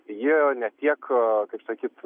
jie ne tiek kaip sakyt